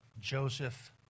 Joseph